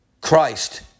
Christ